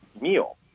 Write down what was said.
meal